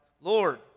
Lord